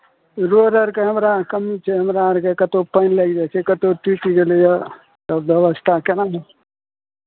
road अरके हमरा कमी छै हमरा आरके कतहु पानि लागि जाइ छै कतहु टुटि गेलैए तब व्यवस्था केना